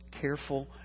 careful